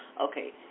okay